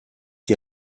die